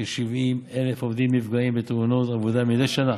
כ-70,000 עובדים נפגעים בתאונות עבודה מדי שנה.